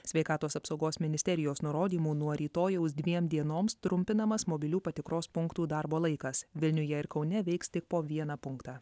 sveikatos apsaugos ministerijos nurodymu nuo rytojaus dviem dienoms trumpinamas mobilių patikros punktų darbo laikas vilniuje ir kaune veiks tik po vieną punktą